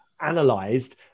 analyzed